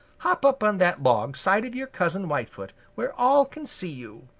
hop up on that log side of your cousin whitefoot, where all can see you.